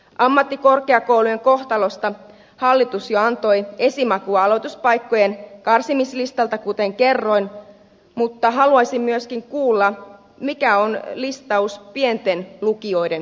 ammattikorkeakoulujen kohtalosta hallitus jo antoi esimakua aloituspaikkojen karsimislistalta kuten kerroin mutta haluaisin myöskin kuulla mikä on listaus pienten lukioiden tulevaisuudesta